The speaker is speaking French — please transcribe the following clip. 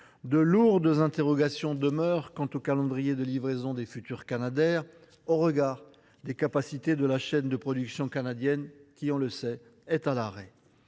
de lourdes interrogations demeurent quant au calendrier de livraison des futurs canadairs, au regard des capacités de la chaîne de production canadienne, qui est à l’arrêt.